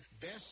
Best